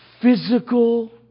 physical